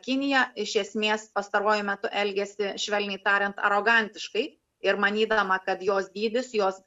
kinija iš esmės pastaruoju metu elgiasi švelniai tariant arogantiškai ir manydama kad jos dydis jos